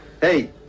Hey